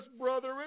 brother